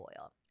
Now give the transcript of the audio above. oil